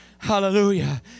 Hallelujah